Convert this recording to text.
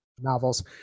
novels